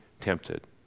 tempted